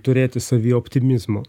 turėti savyje optimizmo